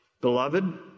Beloved